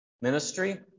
ministry